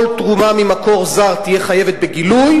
כל תרומה ממקור זר תהיה חייבת בגילוי,